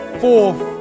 fourth